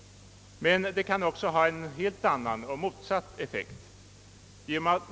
Men det kan också ha en helt annan och motsatt effekt.